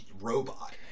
robot